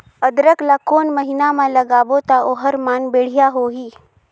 अदरक ला कोन महीना मा लगाबो ता ओहार मान बेडिया होही?